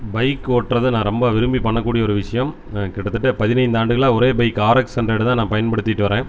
bike ஓட்டுறதை நான் ரொம்ப விரும்பி பண்ணக்கூடிய ஒரு விஷயம் நான் கிட்டத்தட்ட பதினைந்து ஆண்டுகளாக ஒரே பைக் ஆர்எக்ஸ் ஹண்ட்ரெட்டை தான் நான் பயன்படுத்திகிட்டு வரேன்